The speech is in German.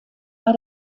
bei